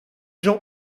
jean